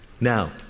Now